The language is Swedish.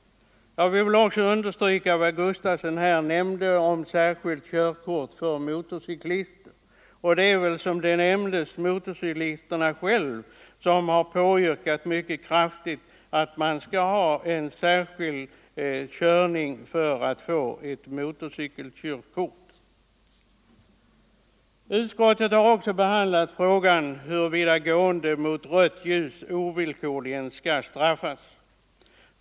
Jag vill också understryka vad herr Gustafson här nämnde om särskilt körkort för motorcyklister. Som det sades är det motorcyklisterna själva som mycket kraftigt har påyrkat en särskild uppkörning för erhållande av motorcykelkörkort. Utskottet har också behandlat frågan, huruvida den som går mot rött ljus ovillkorligen skall straffas.